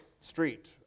street